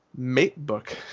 MateBook